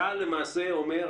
צה"ל למעשה אומר,